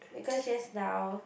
because just now